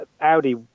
Audi